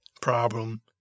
Problem